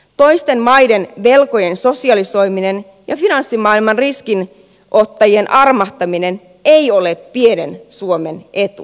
toisten maiden velkojen sosialisoiminen ja finanssimaailman riskinottajien armahtaminen ei ole pienen suomen etu